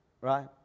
right